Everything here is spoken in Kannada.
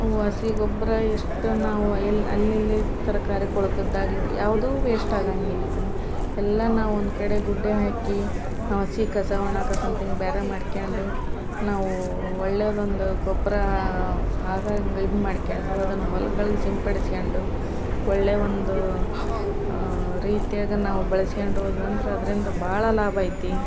ಅವು ಹಸಿ ಗೊಬ್ಬರ ಎಷ್ಟು ನಾವು ಎಲ್ಲಿ ಅಲ್ಲಿಲ್ಲಿ ತರಕಾರಿ ಕೊಳೆತದ್ದಾಗಲಿ ಇದು ಯಾವುದೂ ವೇಶ್ಟ್ ಆಗೋಂಗಿಲ್ಲ ಇದನ್ನು ಎಲ್ಲ ನಾವು ಒಂದು ಕಡೆ ಗುಡ್ಡೆ ಹಾಕಿ ನಾವು ಹಸಿ ಕಸ ಒಣ ಕಸ ಅಂತ ಹಿಂಗ್ ಬೇರೆ ಮಾಡ್ಕೊಂಡು ನಾವು ಒಳ್ಳೆಯದೊಂದು ಗೊಬ್ಬರ ಆಗೋ ಹಂಗ್ ಇದು ಮಾಡ್ಕೊಂಡು ಅದನ್ನ ಹೊಲಗಳಿಗೆ ಸಿಂಪಡಿಸ್ಕೊಂಡು ಒಳ್ಳೆಯ ಒಂದು ರೀತಿಯಾಗ ನಾವು ಬಳಸ್ಕೊಂಡು ಹೋದ್ವಂದ್ರ ಅದರಿಂದ ಭಾಳ ಲಾಭ ಐತಿ